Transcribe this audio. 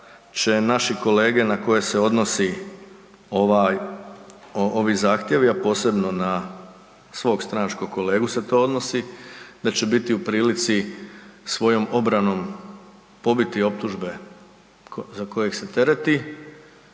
naši kolege na koje se odnosi ovi zahtjevi, a posebno na svog stranačkog kolegu se to odnosi, da će biti u prilici svojom obranom pobiti optužbe za koje se tereti,